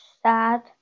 sad